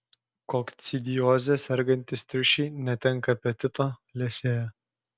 kokcidioze sergantys triušiai netenka apetito liesėja